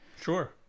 Sure